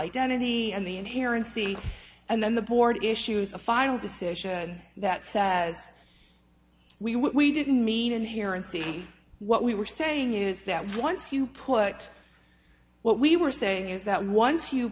identity and the inherent scene and then the board issues a final decision that says we we didn't mean in here and see what we were saying is that once you put what we were saying is that once you